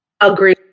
agree